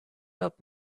help